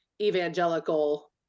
evangelical